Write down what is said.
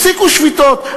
הפסיקו השביתות.